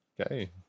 Okay